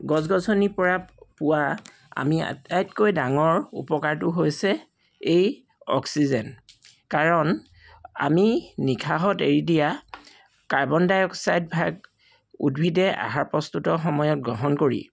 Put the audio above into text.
গছ গছনিৰ পৰা পোৱা আমি আটাইতকৈ ডাঙৰ উপকাৰটো হৈছে এই অক্সিজেন কাৰণ আমি নিশাহত এৰি দিয়া কাৰ্বন ডাই অক্সাইডভাগ উদ্ভিদে আহাৰ প্ৰস্তুতৰ সময়ত গ্ৰহণ কৰি